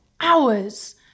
hours